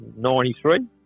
93